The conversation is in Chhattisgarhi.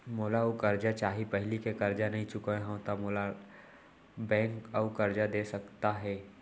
मोला अऊ करजा चाही पहिली के करजा नई चुकोय हव त मोल ला बैंक अऊ करजा दे सकता हे?